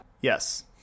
yes